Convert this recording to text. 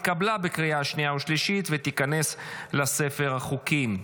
התקבלה בקריאה השנייה והשלישית ותיכנס לספר החוקים.